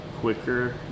quicker